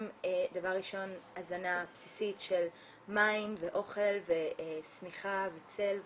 דבר ראשון הזנה בסיסית של מים ואוכל ושמיכה וצל וכולי,